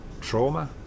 trauma